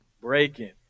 Breaking